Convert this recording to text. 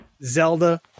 zelda